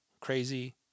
Crazy